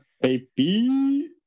baby